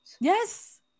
Yes